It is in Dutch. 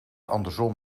andersom